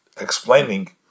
explaining